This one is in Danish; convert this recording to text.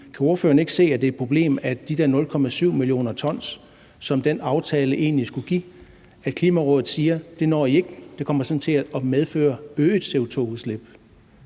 Kan ordføreren ikke se, at det er et problem, at Klimarådet om de der 0,7 mio. t, som den aftale egentlig skulle give, siger: Det når I ikke; det kommer til at medføre øget CO2-udslip.